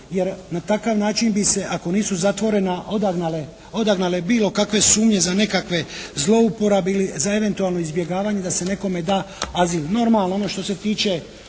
jer na takav način bi se ako nisu zatvorena, odagnale bilo kakve sumnje za nekakve zlouporabe ili za eventualno izbjegavanje da se nekome da azil. Normalno ono što se tiče